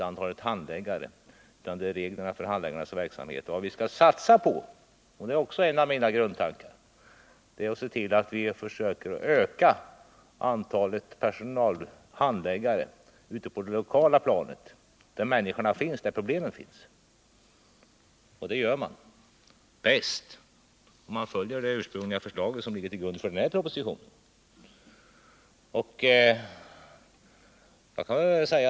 Vad vi skall satsa på — det är också en av mina grundtankar — är att öka antalet handläggare på det lokala planet, där människorna och problemen finns. Och det gör vi om vi följer det ursprungliga förslag som ligger till grund för denna proposition.